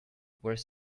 were